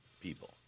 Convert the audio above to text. people